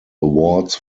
awards